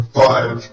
five